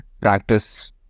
practice